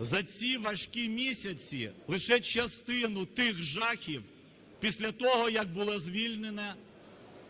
за ці важкі місяці лише частину тих жахів після того, як було звільнено